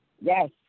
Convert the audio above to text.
Yes